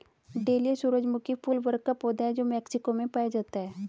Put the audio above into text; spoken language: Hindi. डेलिया सूरजमुखी फूल वर्ग का पौधा है जो मेक्सिको में पाया जाता है